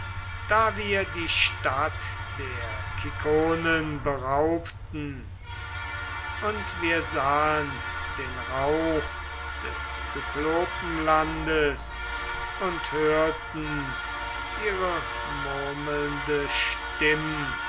da wir die stadt der kikonen beraubten und wir sahen den rauch des kyklopenlandes und hörten ihre murmelnde